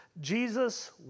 Jesus